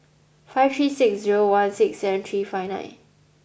five three six zero one six seven three five nine